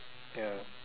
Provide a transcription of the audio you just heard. ya